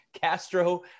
Castro